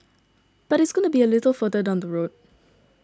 but it's going to be a little bit further down the road